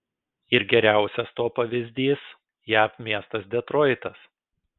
ir geriausias to pavyzdys jav miestas detroitas